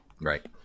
Right